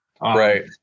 Right